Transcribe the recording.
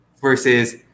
versus